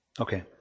Okay